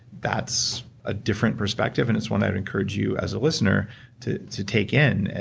that's a different perspective, and it's one i would encourage you as a listener to to take in.